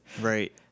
right